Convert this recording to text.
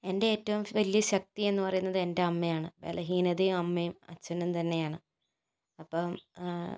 എൻ്റെ ഏറ്റവും വലിയ ശക്തി എന്നു പറയുന്നത് എന്റമ്മയാണ് ബലഹീനതയും അമ്മയും അച്ഛനും തന്നെയാണ് അപ്പോൾ